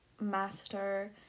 master